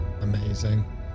amazing